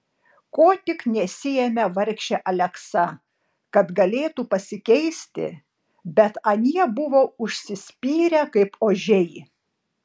ko tik nesiėmė vargšė aleksa kad galėtų pasikeisti bet anie buvo užsispyrę kaip ožiai